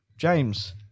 James